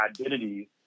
identities